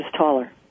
taller